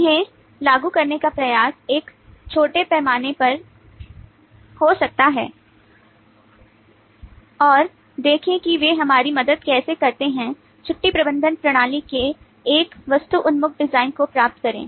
उन्हें लागू करने का प्रयास एक छोटे पैमाने पर हो सकता है और देखें कि वे हमारी मदद कैसे करते हैं छुट्टी प्रबंधन प्रणाली के एक वस्तु उन्मुख design को प्राप्त करें